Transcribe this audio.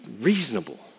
reasonable